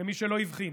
למי שלא הבחין,